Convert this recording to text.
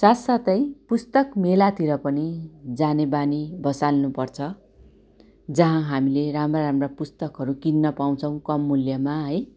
साथसाथै पुस्तक मेलातिर पनि जाने बानी बसाल्नु पर्छ जहाँ हामीले राम्रा राम्रा पुस्तकहरू किन्न पाउँछौँ कम मूल्यमा है